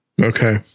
Okay